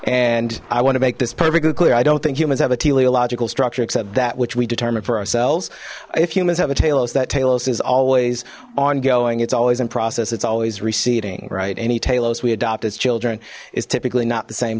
and i want to make this perfectly clear i don't think humans have a teleological structure except that which we determine for ourselves if humans have a tailless that talos is always ongoing it's always in process it's always receding right any talos we adopt as children is typically not the same